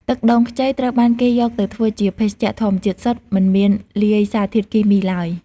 ទឹកដូងខ្ចីត្រូវបានគេយកទៅធ្វើជាភេសជ្ជៈធម្មជាតិសុទ្ធ មិនមានលាយសារធាតុគីមីឡើយ។